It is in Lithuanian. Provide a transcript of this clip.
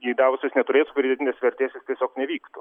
jei davosas neturės pridėtinės vertės jis tiesiog nevyktų